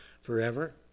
forever